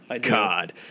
God